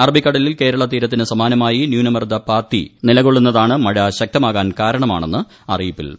അറബിക്കടലിൽ കേരളതീരത്തിന് സമാനമായി ന്യൂനമർദ്ദപാത്തി നിലകൊള്ളുന്നതാണ് മഴ ശക്തമാകാൻ കാരണമാണെന്ന് അറിയിപ്പിൽ പറയുന്നു